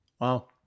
Wow